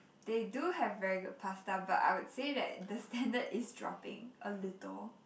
they do have very good pasta but I would say that the standard is dropping a little